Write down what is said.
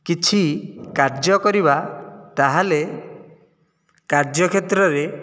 କିଛି କାର୍ଯ୍ୟ କରିବା ତାହେଲେ କାର୍ଯ୍ୟକ୍ଷେତ୍ରରେ